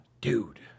Dude